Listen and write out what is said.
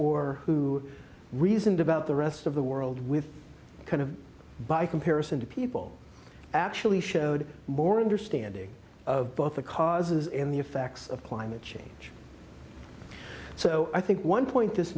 or who reasoned about the rest of the world with kind of by comparison to people actually showed more understanding of both the causes and the effects of climate change so i think one point this